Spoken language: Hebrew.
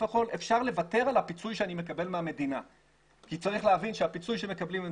אפשר לוותר על הפיצוי שאני מקבל מהמדינה כי צריך להבין שהפיצוי שמקבלים,